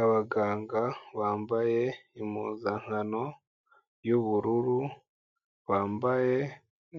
Abaganga bambaye impuzankano y'ubururu bambaye